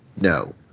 no